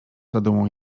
zadumą